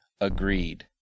agreed